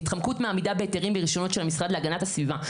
התחמקות מעמידה בהיתרים ברישיונות של המשרד להגנת הסביבה.